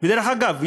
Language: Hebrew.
ודרך אגב,